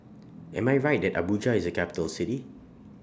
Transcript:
Am I Right Abuja IS A Capital City